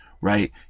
right